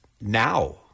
now